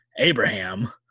Abraham